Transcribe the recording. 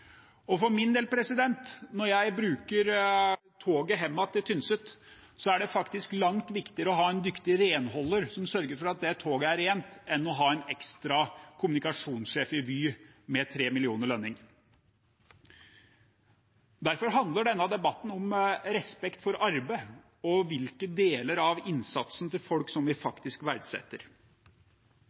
For min del, når jeg tar toget hjem til Tynset, er det faktisk langt viktigere å ha en dyktig renholder som sørger for at det toget er rent, enn å ha en ekstra kommunikasjonssjef i Vy med 3 mill. kr i lønning. Derfor handler denne debatten om respekt for arbeid og hvilke deler av innsatsen til folk vi faktisk verdsetter.